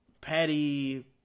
Patty